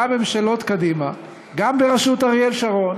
גם ממשלות קדימה, גם בראשות אריאל שרון